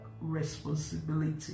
responsibility